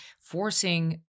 forcing